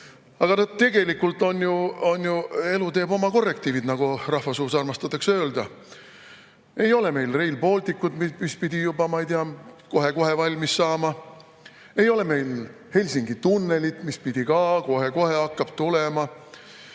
Aga tegelikult ju elu teeb oma korrektiivid, nagu rahvasuus armastatakse öelda. Ei ole meil Rail Balticut, mis pidi juba, ma ei tea, kohe-kohe valmis saama. Ei ole meil Helsingi tunnelit, mis pidi ka kohe-kohe hakkama tulema.